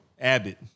Abbott